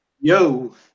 Yo